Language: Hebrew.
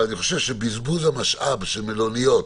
אני חושב שבזבוז המשאב של מלוניות